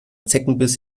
zeckenbiss